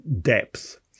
depth